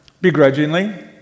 begrudgingly